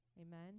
Amen